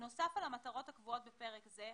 נוסף על המטרות הקבועות בפרק זה,